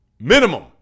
Minimum